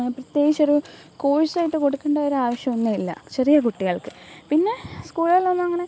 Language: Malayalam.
പ്രത്യേകിച്ച് ഒരു കോഴ്സ് ആയിട്ട് കൊടുക്കേണ്ട ഒരു ആവശ്യമൊന്നുമില്ല ചെറിയ കുട്ടികൾക്ക് പിന്നെ സ്കൂളുകളിൽ ഒന്നും അങ്ങനെ